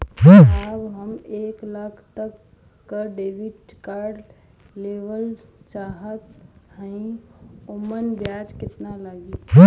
साहब हम एक लाख तक क क्रेडिट कार्ड लेवल सोचत हई ओमन ब्याज कितना लागि?